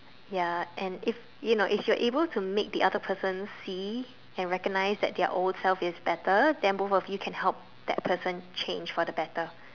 ya and if you know if you're able to make the other person see and recognize that their old self is better than both of you can help that person change for the better